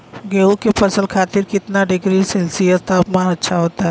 गेहूँ के फसल खातीर कितना डिग्री सेल्सीयस तापमान अच्छा होला?